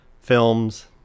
films